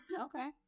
okay